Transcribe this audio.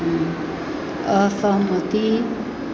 असहमति